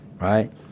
right